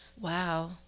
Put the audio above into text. Wow